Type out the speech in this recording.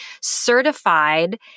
certified